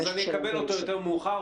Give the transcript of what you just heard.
אז אני אקבל אותו יותר מאוחר.